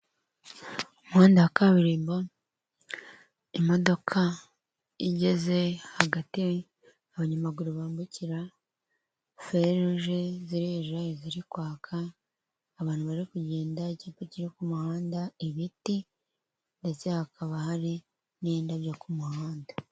Umuhanda wa kabiririmbo, imodoka igeze hagati abanyamaguru bambukira, feruje ziri hejuru yayo ziri kwaka, abantu bari kugenda, icyapa kiri ku muhanda, ibiti ndetse hakaba hari n'indabyo ku muhanda.